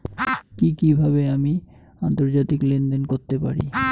কি কিভাবে আমি আন্তর্জাতিক লেনদেন করতে পারি?